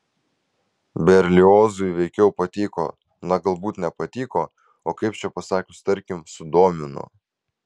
berliozui veikiau patiko na galbūt ne patiko o kaip čia pasakius tarkim sudomino